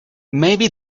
maybe